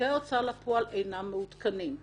תיקי ההוצאה לפועל אינם מעודכנים.